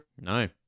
No